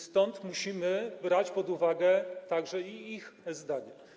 Stąd musimy brać pod uwagę także i ich zdanie.